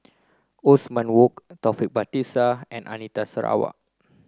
Othman Wok Taufik Batisah and Anita Sarawak